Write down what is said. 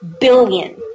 billion